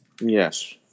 Yes